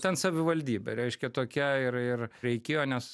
ten savivaldybė reiškia tokia ir ir reikėjo nes